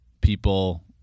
People